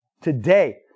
today